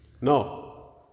No